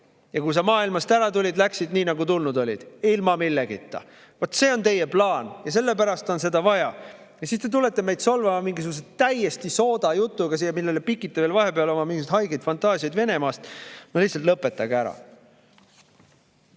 Kui sa maailmast ära läksid, siis läksid nii, nagu tulnud olid – ilma milletagi. Vaat see on teie plaan ja sellepärast on seda vaja. Ja siis te tulete meid solvama mingisuguse täiesti sooda jutuga, millesse pikite veel vahepeal sisse oma haigeid fantaasiaid Venemaast. No lõpetage ära!